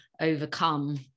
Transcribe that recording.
overcome